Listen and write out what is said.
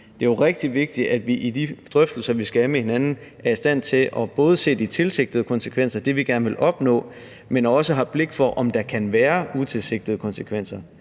Det er jo rigtig vigtigt, at vi i de drøftelser, vi skal have med hinanden, er i stand til både at se de tilsigtede konsekvenser – det, vi gerne vil opnå – men også har blik for, om der kan være utilsigtede konsekvenser.